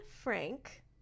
Frank